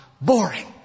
boring